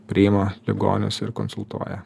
priima ligonius ir konsultuoja